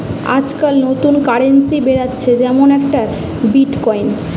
আজকাল নতুন কারেন্সি বেরাচ্ছে যেমন একটা বিটকয়েন